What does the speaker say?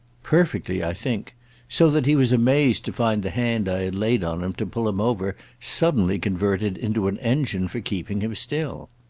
perfectly, i think so that he was amazed to find the hand i had laid on him to pull him over suddenly converted into an engine for keeping him still.